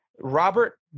Robert